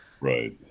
Right